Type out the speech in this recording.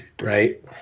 Right